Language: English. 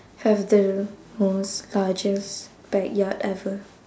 have the most largest backyard ever